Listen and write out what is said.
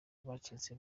abacitse